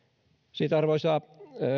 arvoisa